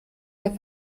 der